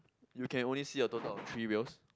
you can only see a total of three wheels